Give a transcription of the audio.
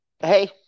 Hey